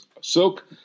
silk